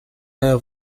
air